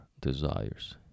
desires